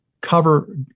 cover